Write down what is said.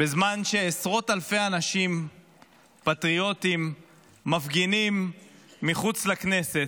בזמן שעשרות-אלפי אנשים פטריוטיים מפגינים מחוץ לכנסת,